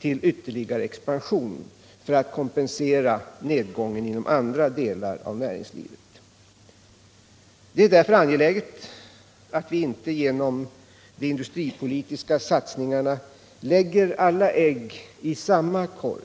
till ytterligare expansion för att kompensera nedgången inom andra delar av näringslivet. Det är därför angeläget att vi inte genom de industripolitiska satsningarna lägger alla ägg i samma korg.